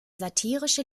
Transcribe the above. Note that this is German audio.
satirische